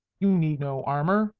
you need no armour.